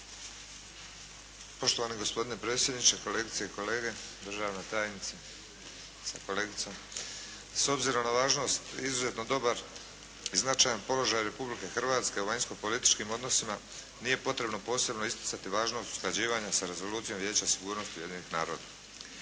Poštovani gospodine predsjedniče, kolegice i kolege, državna tajnice sa kolegicom. S obzirom na važnost i izuzetno dobar i značajan položaj Republike Hrvatske u vanjskopolitičkim odnosima nije potrebno posebno isticati važnost usklađivanja sa rezolucijom Vijeća sigurnosti Ujedinjenih naroda.